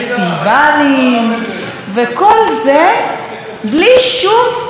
וכל זה בלי שום קשר לשרה רגב.